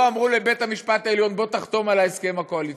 לא אמרו לבית-המשפט העליון: בוא תחתום על ההסכם הקואליציוני.